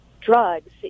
drugs